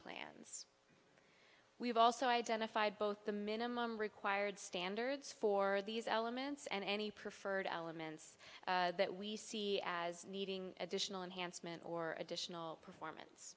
plans we have also identified both the minimum required standards for these elements and any preferred elements that we see as needing additional enhanced mint or additional performance